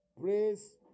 praise